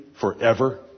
forever